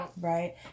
right